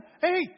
Hey